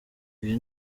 iyi